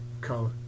color